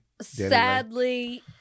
Sadly